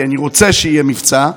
כי אני רוצה שיהיה מבצע,